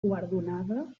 guardonada